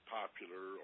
popular